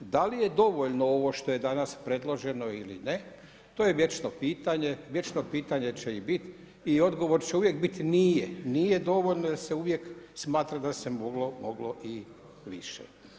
Da li je dovoljno ovo što je danas predloženo ili ne, to je vječno pitanje, vječno pitanje će i bit i odgovor će uvijek bit nije, nije dovoljno jer se uvijek smatra da se moglo i više.